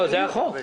זה החוק.